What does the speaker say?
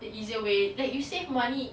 the easier way that you save money